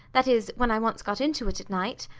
that is when i once got into it at night.